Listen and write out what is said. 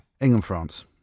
England-France